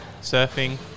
surfing